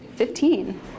Fifteen